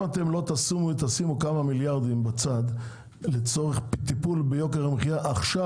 אם אתם לא תשימו כמה מיליארדים בצד לצורך טיפול ביוקר המחיה עכשיו,